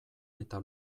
eta